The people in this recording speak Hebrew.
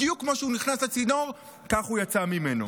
בדיוק כמו שהוא נ כנס לצינור, כך הוא יצא ממנו.